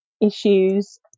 issues